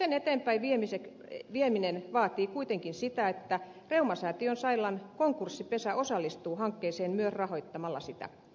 sen eteenpäinvieminen vaatii kuitenkin sitä että reumasäätiön sairaalan konkurssipesä osallistuu hankkeeseen myös rahoittamalla sitä